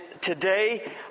today